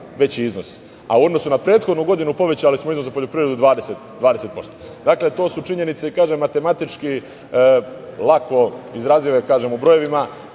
veći iznos, a u odnosu na prethodnu godinu povećali smo iznos za poljoprivredu 20%. Dakle, to su činjenice i matematički lako izrazive u brojevima.